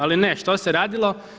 Ali ne, što se radilo?